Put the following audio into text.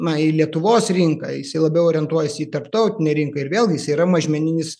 na į lietuvos rinką jisai labiau orientuojasi į tarptautinę rinką ir vėlgi jis yra mažmeninis